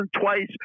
twice